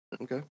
Okay